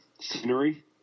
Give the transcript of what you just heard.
scenery